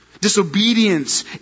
disobedience